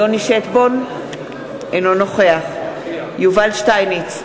אינו נוכח יובל שטייניץ,